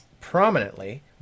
prominently